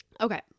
okay